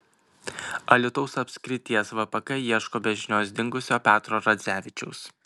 alytaus apskrities vpk ieško be žinios dingusio petro radzevičiaus